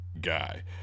guy